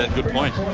ah good point.